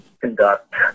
conduct